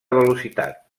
velocitat